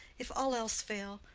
if all else fail,